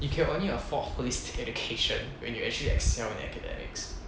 you can only afford holistic education when you actually excel in academics